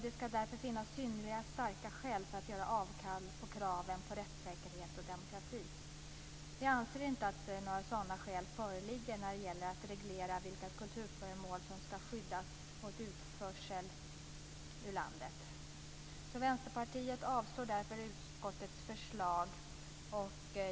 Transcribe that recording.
Det ska därför finnas synnerliga och starka skäl för att göra avkall på kraven på rättssäkerhet och demokrati. Vi anser inte att några sådana skäl föreligger när det gäller att reglera vilka kulturföremål som ska skyddas mot utförsel ur landet. Vänsterpartiet avstyrker därför utskottets förslag.